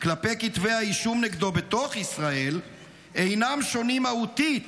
כלפי כתבי האישום נגדו בתוך ישראל אינה שונה מהותית